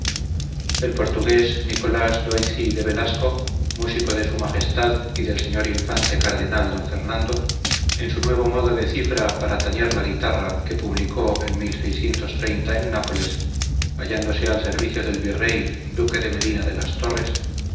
el portugués nicolas doyzi de velasco músico de s m y del sr infante cardenal d fernando en su nuevo modo de cifra para tañer la guitarra que publicó en en nápoles hallándose al servicio del virrey duque de medina de las torres